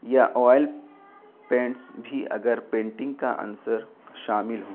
یا oil paints بھی اگر پینٹنگ کا عنصر شامل ہوں